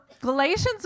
galatians